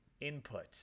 input